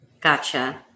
Gotcha